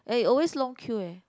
eh always long queue eh